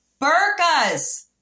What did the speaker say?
Burkas